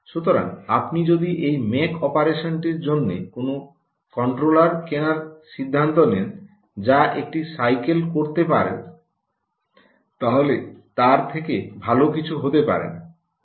সুতরাং আপনি যদি এই ম্যাক অপারেশনটির জন্য কোনও কন্ট্রোলার কেনার সিদ্ধান্ত নেন যা একটি সাইকেলে করতে পারবে তাহলে তার থেকে ভালো কিছু হতে পারে না